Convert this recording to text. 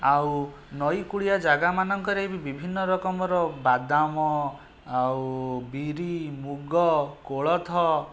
ଆଉ ନଈକୂଳିଆ ଜାଗାମାନଙ୍କରେ ବି ବିଭିନ୍ନ ରକମର ବାଦାମ ଆଉ ବିରି ମୁଗ କୋଳଥ